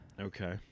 Okay